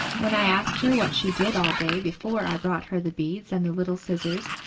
when i asked her what she did all day before i brought her the beads and the little scissors,